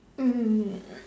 mm